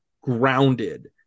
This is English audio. grounded